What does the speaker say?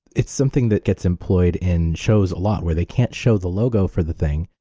it's something that gets employed in shows a lot where they can't show the logo for the thing,